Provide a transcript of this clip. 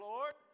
Lord